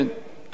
תודה רבה.